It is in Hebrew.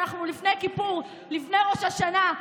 אנחנו לפני כיפור, לפני ראש השנה.